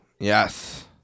Yes